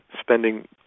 spending